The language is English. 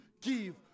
give